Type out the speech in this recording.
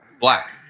black